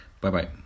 Bye-bye